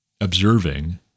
observing